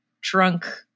drunk